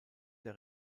der